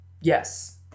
Yes